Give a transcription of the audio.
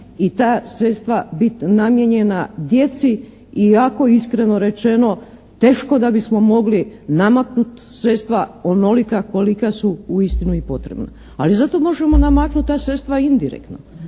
i ta sredstva bit namijenjena djeci i ako iskreno rečeno teško da bismo mogli nama sredstva onolika kolika su uistinu i potrebna, ali zato možemo namaknuti ta sredstva indirektno,